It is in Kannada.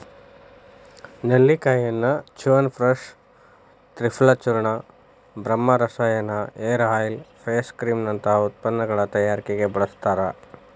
ನೆಲ್ಲಿಕಾಯಿಯನ್ನ ಚ್ಯವನಪ್ರಾಶ ತ್ರಿಫಲಚೂರ್ಣ, ಬ್ರಹ್ಮರಸಾಯನ, ಹೇರ್ ಆಯಿಲ್, ಫೇಸ್ ಕ್ರೇಮ್ ನಂತ ಉತ್ಪನ್ನಗಳ ತಯಾರಿಕೆಗೆ ಬಳಸ್ತಾರ